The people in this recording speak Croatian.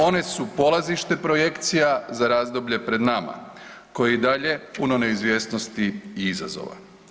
One su polazište projekcija za razdoblje pred nama koje je i dalje puno neizvjesnosti i izazova.